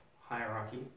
hierarchy